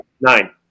Nine